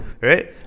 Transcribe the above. Right